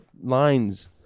lines